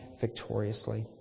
victoriously